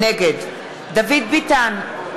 נגד דוד ביטן,